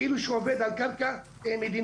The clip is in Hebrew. כאילו שהוא עובד על קרקע מדינה.